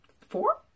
Four